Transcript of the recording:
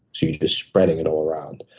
so you're just spreading it all around.